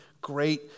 great